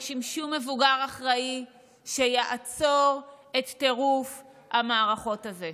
פוגשים שום מבוגר אחראי שיעצור את טירוף המערכות הזה.